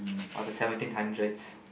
or the seventeen hundred